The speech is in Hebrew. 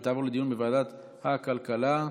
ותעבור לדיון בוועדת הכלכלה.